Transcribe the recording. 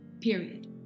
Period